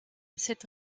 cette